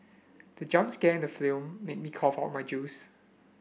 the jump scare in the film made me cough out my juice